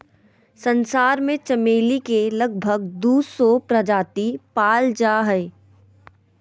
संसार में चमेली के लगभग दू सौ प्रजाति पाल जा हइ